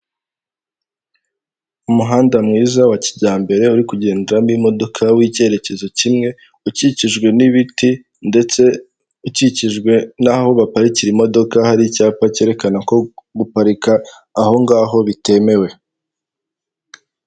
Umuhanda mwiza wa kijyambere uri kugenramo imodoka w'icyerekezo kimwe ukikijwe n'ibiti ndetse ukikijwe n'aho baparikira imodoka, hari icyapa cyerekana ko guparika ahongaho bitemewe.